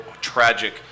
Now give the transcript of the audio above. tragic